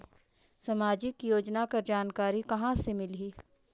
समाजिक योजना कर जानकारी कहाँ से मिलही?